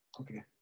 okay